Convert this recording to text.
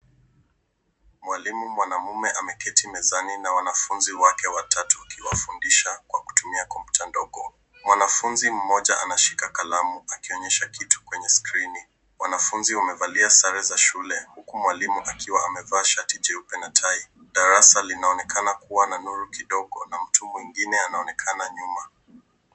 Mwalimu mwanaume ameketi mezani na wanafunzi wake watatu akiwafundisha kwa kutumia kompyuta ndogo. Mwanafunzi mmoja anashika kalamu akionyesha kitu kwenye skrini, wanafunzi wamevalia sare za shule huku mwalimu akiwa amevaa shati jeupe na tai. Darasa linaonekana kuwa na nuru kidogo na mtu mwingine anaonekana nyuma.